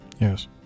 Yes